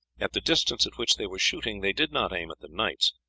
at the distance at which they were shooting they did not aim at the knights,